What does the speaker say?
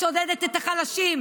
שודדת את החלשים,